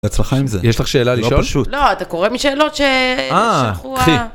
בהצלחה עם זה, לא פשוט, יש לך שאלה לשאול? לא אתה קורא משאלות ש...